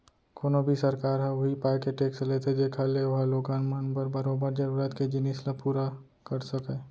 कोनो भी सरकार ह उही पाय के टेक्स लेथे जेखर ले ओहा लोगन मन बर बरोबर जरुरत के जिनिस ल पुरा कर सकय